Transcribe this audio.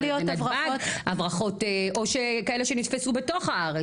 או שכאלה שנתפסו בתוך הארץ?